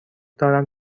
دارم